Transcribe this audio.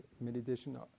meditation